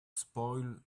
spoil